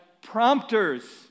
prompters